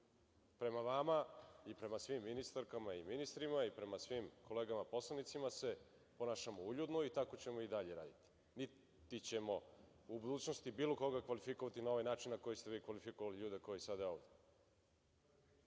Prema vama, i prema svim ministarkama, i ministrima i prema svim kolegama poslanicima se ponašamo uljudno i tako ćemo i dalje raditi. Niti ćemo u budućnosti bilo koga kvalifikovati na ovaj način na koji ste vi kvalifikovali ljude kao vi sada ovde. Ovo